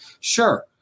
sure